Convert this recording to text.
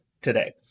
today